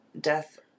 Death